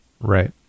Right